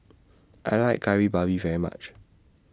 I like Kari Babi very much